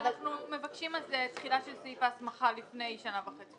אז אנחנו מבקשים על זה תחילה של סעיף ההסמכה לפני שנה וחצי,